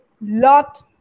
lot